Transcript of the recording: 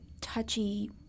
touchy